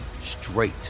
straight